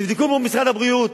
תבדקו מול משרד הבריאות.